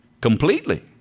completely